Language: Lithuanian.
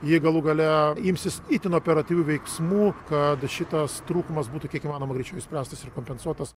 ji galų gale imsis itin operatyvių veiksmų kad šitas trūkumas būtų kiek įmanoma greičiau išspręstas ir kompensuotas